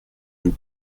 vous